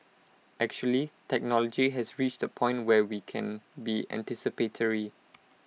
actually technology has reached A point where we can be anticipatory